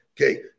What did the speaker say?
Okay